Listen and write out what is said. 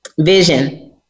vision